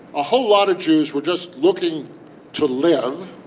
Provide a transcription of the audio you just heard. a whole lot of jews were just looking to live.